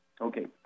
Okay